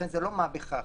זה לא מה בכך.